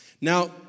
Now